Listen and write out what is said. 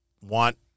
want